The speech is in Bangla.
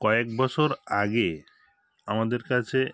কয়েক বছর আগে আমাদের কাছে